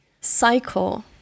cycle